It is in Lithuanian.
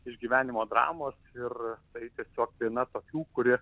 išgyvenimo dramos ir tai tiesiog viena tokių kuri